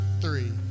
three